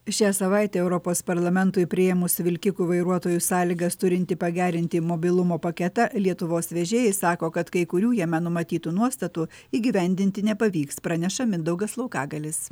šią savaitę europos parlamentui priėmus vilkikų vairuotojų sąlygas turintį pagerinti mobilumo paketą lietuvos vežėjai sako kad kai kurių jame numatytų nuostatų įgyvendinti nepavyks praneša mindaugas laukagalis